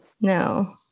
No